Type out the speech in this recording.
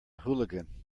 hooligan